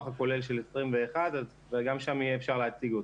הכולל של 2021 ושם יהיה אפשר להציג אותו.